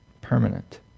permanent